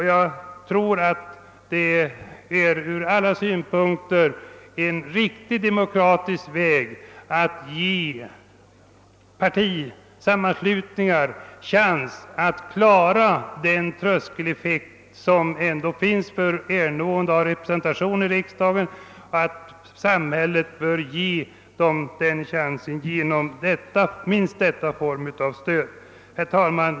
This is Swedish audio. Vi tror att det är en ur alla synpunkter riktig demokratisk väg att ge partisammanslutningar en chans att klara den tröskeleffekt, som föreligger för ernående av representation i riksdagen, genom denna form av stöd. Herr talman!